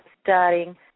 starting